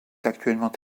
actuellement